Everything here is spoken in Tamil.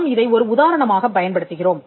நாம் இதை ஒரு உதாரணமாகப் பயன்படுத்துகிறோம்